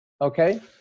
Okay